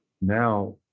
now